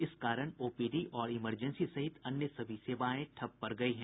इस कारण ओपीडी और इमरजेंसी सहित अन्य सभी सेवाएं ठप पड़ गयी हैं